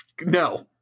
No